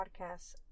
Podcasts